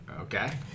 Okay